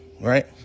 right